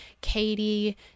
Katie